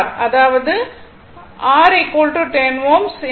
அது r அதாவது R 10 Ω